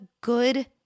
good